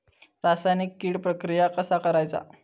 रासायनिक कीड प्रक्रिया कसा करायचा?